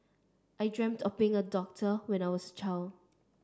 I dreamt of becoming a doctor when I was child